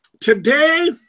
Today